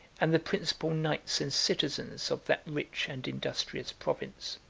and the principal knights and citizens of that rich and industrious province.